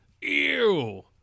Ew